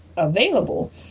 available